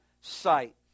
sight